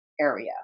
area